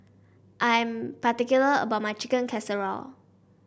I'm particular about my Chicken Casserole